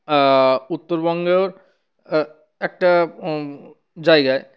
উত্তরবঙ্গও একটা জায়গায়